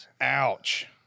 Ouch